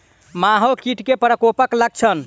माहो कीट केँ प्रकोपक लक्षण?